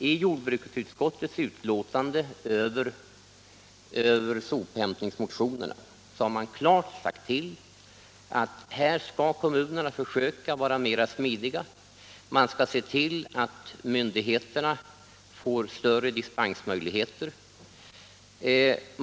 I jordbruksutskottets betänkande över sophämtningsmotionerna har man t.ex. klart sagt att kommunerna skall försöka vara smidigare. Man skall se till att myndigheterna får större dispensmöjligheter.